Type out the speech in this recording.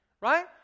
Right